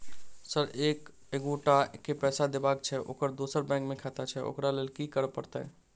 Sir एक एगोटा केँ पैसा देबाक छैय ओकर दोसर बैंक मे खाता छैय ओकरा लैल की करपरतैय?